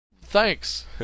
Thanks